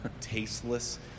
tasteless